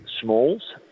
smalls